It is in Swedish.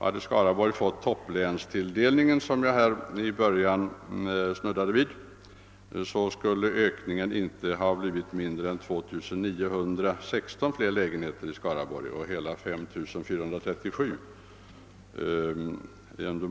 Hade Skaraborgs län fått topplänets tilldelning skulle vi under motsvarande tid ha fått 2 916 fler lägenheter eller hela 5 437.